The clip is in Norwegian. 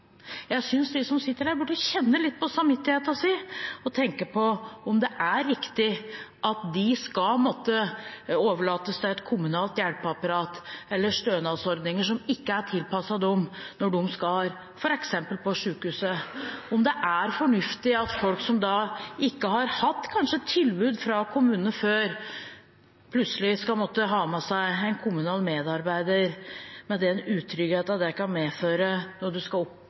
Jeg synes de som sitter her, burde kjenne litt på samvittigheten sin og tenke på om det er riktig at de skal måtte overlates til et kommunalt hjelpeapparat eller stønadsordninger som ikke er tilpasset dem, når de skal f.eks. på sykehuset, om det er fornuftig at folk som kanskje ikke har hatt tilbud fra kommunen før, plutselig skal måtte ha med seg en kommunal medarbeider, med den utryggheten det kan medføre når man skal